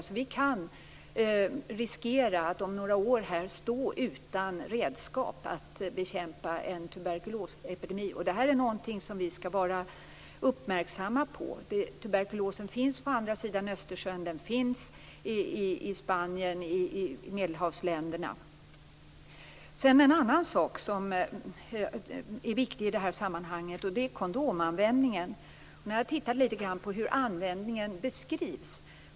Det finns därför en risk för att vi om några år står utan redskap att bekämpa en tuberkulosepidemi. Detta är någonting som vi skall vara uppmärksamma på. Tuberkulosen finns på andra sidan Östersjön. Den finns i Spanien och Medelhavsländerna. En annan sak som är viktig i detta sammanhang är kondomanvändningen. Jag tittade lite grand på hur användningen beskrivs.